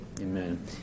Amen